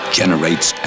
generates